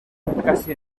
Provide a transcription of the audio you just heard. casi